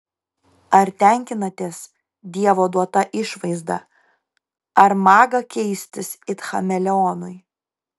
ar tenkinatės dievo duota išvaizda ar maga keistis it chameleonui